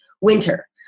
winter